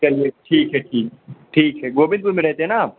चलिये ठीक है ठीक ठीक है गोविंदपुर में रहते हैं ना आप